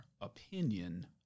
opinion